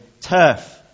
turf